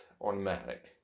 automatic